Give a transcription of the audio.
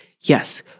Yes